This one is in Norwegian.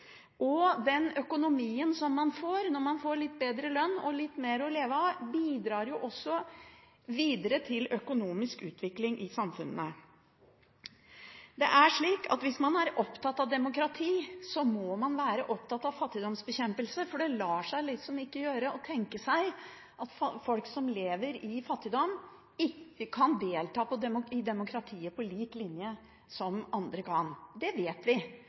sin. Den økonomien som man får når man får litt bedre lønn og litt mer å leve av, bidrar jo videre til økonomisk utvikling i samfunnene. Det er slik at hvis man er opptatt av demokrati, må man være opptatt av fattigdomsbekjempelse, for det lar seg ikke gjøre å tenke at folk som lever i fattigdom, ikke kan delta i demokratiet på lik linje med det som andre kan. Det vet vi,